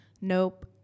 Nope